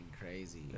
crazy